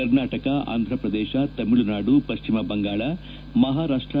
Karnataka Andhra Pradesh Tamil Nadu Paschim Bangala Maharashtra